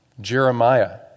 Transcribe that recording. Jeremiah